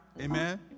amen